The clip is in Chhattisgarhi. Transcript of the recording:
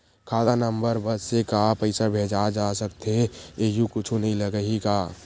खाता नंबर बस से का पईसा भेजे जा सकथे एयू कुछ नई लगही का?